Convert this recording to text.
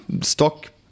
stock